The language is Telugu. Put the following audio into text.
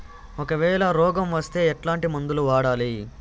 ఒకవేల రోగం వస్తే ఎట్లాంటి మందులు వాడాలి?